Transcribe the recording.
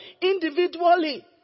individually